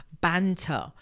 banter